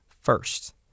first